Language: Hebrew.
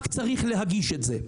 רק צריך להגיש את זה.